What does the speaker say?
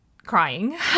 Crying